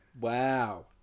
Wow